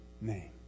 name